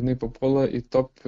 jinai papuola į top